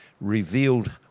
revealed